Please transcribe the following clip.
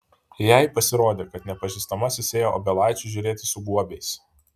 jai pasirodė kad nepažįstamasis ėjo obelaičių žiūrėti su guobiais